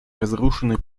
разрушены